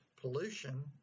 pollution